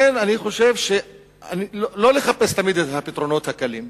לכן, לא צריך לחפש את הפתרונות הקלים,